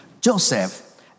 Joseph